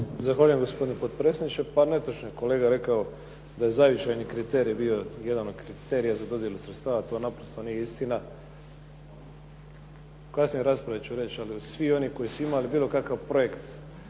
Zahvaljujem gospodine potpredsjedniče. Pa netočno je kolega rekao da je zavičajni kriterij bio jedan od kriterija za dodjelu sredstava. To naprosto nije istina. U kasnijoj raspravi ću reći, ali svi oni koji su imali bilo kakav projekt